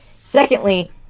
Secondly